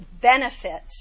benefit